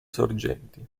sorgenti